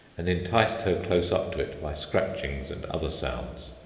and enticed her close up to it by scratchings and other sounds,